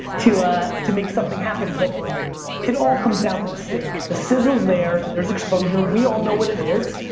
to ah to make something happen. but it it all comes down to the steak. the sizzle's there, there's exposure. we all know what it is.